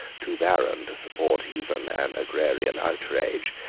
too barren to support even an agrarian outrage,